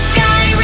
Sky